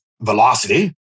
Velocity